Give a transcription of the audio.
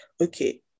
okay